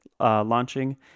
Launching